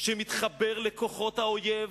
שמתחבר לכוחות האויב